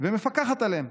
ומפקחת עליהם.